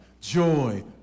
joy